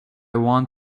want